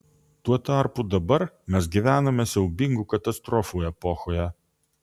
tuo tarpu dabar mes gyvename siaubingų katastrofų epochoje